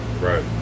Right